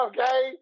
Okay